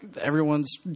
Everyone's